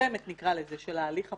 חותמת של ההליך הפלילי.